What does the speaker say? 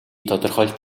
тодорхойлж